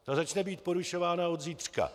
Ta začne být porušována od zítřka.